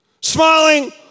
Smiling